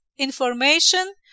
information